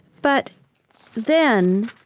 but then,